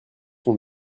sont